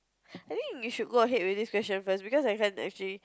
I think you should go ahead with this question first because my friend actually